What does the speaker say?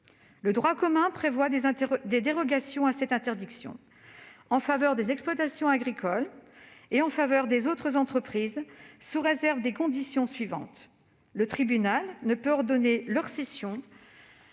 Le droit commun prévoit des dérogations à cette interdiction, en faveur des exploitations agricoles, d'abord, des autres entreprises ensuite, sous réserve des conditions suivantes : le tribunal ne peut ordonner leur cession